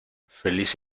feliz